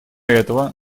этого